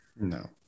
No